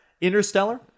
interstellar